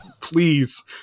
please